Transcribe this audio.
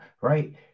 right